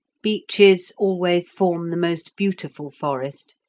beeches always form the most beautiful forest,